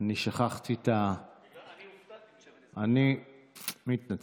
אני שכחתי את, אני הופתעתי, אני מתנצל.